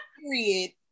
period